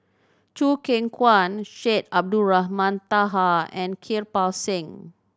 Choo Keng Kwang Syed Abdulrahman Taha and Kirpal Singh